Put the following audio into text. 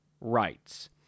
rights